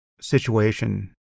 situation